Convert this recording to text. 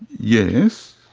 yes.